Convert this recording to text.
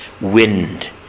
wind